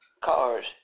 cars